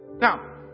now